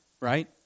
right